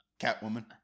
Catwoman